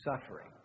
suffering